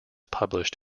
published